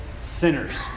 sinners